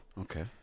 Okay